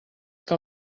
que